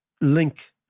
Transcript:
link